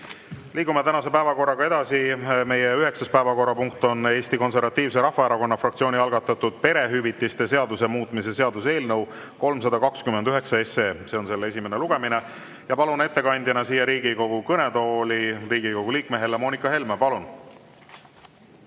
Liigume tänase päevakorraga edasi. Meie üheksas päevakorrapunkt on Eesti Konservatiivse Rahvaerakonna fraktsiooni algatatud perehüvitiste seaduse muutmise seaduse eelnõu 329 esimene lugemine. Palun ettekandeks siia Riigikogu kõnetooli Riigikogu liikme Helle-Moonika Helme. Palun!